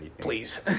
Please